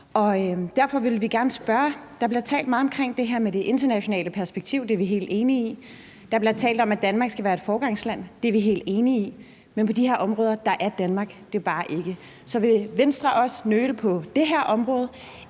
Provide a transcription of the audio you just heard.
Derfor vil vi gerne spørge om noget. Der bliver talt meget om det her med det internationale perspektiv, og det er vi helt enige i. Der bliver talt om, at Danmark skal være et foregangsland, og det er vi også helt enige i. Men på de her områder er Danmark det bare ikke. Så vil Venstre også nøle på det her område,